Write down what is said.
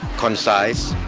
concise